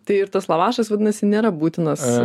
tai ir tas lavašas vadinasi nėra būtinas